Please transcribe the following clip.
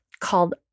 called